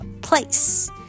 place